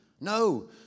No